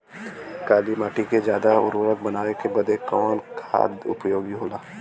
काली माटी के ज्यादा उर्वरक बनावे के बदे कवन खाद उपयोगी होला?